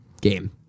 game